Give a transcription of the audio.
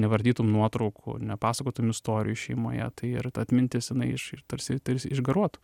nevartytum nuotraukų nepasakotum istorijų šeimoje tai ir ta atmintis jinai ir tarsi išgaruotų